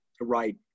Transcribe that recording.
Right